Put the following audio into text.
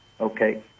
okay